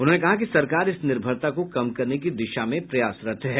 उन्होंने कहा कि सरकार इस निर्भरता को कम करने का दिशा में प्रयासरत है